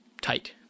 tight